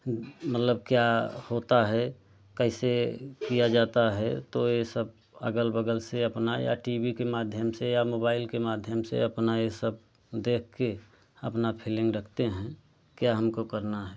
मतलब क्या होता है कैसे किया जाता है तो ए सब अगल बगल से अपना या टी वी के माध्यम से या मोबाइल के माध्यम से अपना ए सब देखकर अपना फीलिंग रखते हैं क्या हमको करना है